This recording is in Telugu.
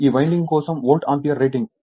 ఈ వైండింగ్ కోసం వోల్ట్ ఆంపియర్ రేటింగ్